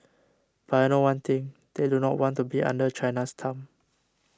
but I know one thing they do not want to be under China's thumb